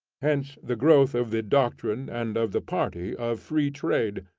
hence the growth of the doctrine and of the party of free trade,